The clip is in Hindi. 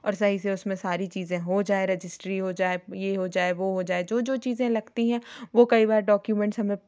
और सही से उसमें सारी चीज़ें हो जाए रजिस्ट्री हो जाए ये हो जाए वो हो जाए जो जो चीज़ें लगती हैं वो कई बार डॉक्युमेंट्स हमें